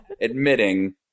admitting